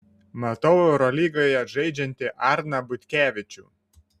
matau eurolygoje žaidžiantį arną butkevičių